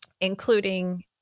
including